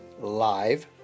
live